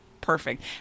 perfect